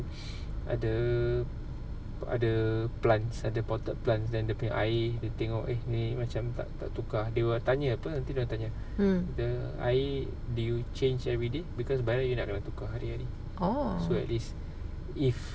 ada ada plants ada potted plants then dia punya air dia tengok eh macam tak tukar they will tanya apa nanti dia orang tanya dia punya air do you change everyday because by right you kena tukar so at least if